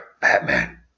Batman